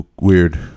weird